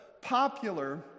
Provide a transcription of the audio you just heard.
popular